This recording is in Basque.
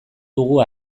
dugu